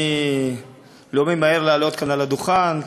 אני לא ממהר לעלות כאן על הדוכן,